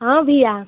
औ भैया